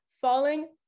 falling